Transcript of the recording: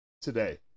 today